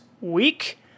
week